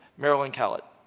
marilyn kallett.